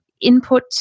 input